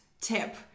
tip